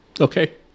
okay